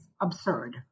absurd